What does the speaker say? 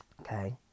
Okay